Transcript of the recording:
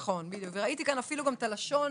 אפילו גם את הלשון